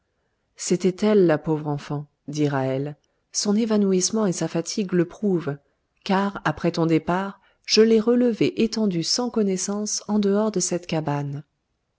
c'était elle la pauvre enfant dit ra'hel son évanouissement et sa fatigue le prouvent car après ton départ je l'ai relevée étendue sans connaissance en dehors de cette cabane